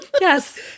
Yes